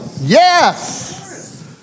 Yes